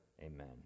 Amen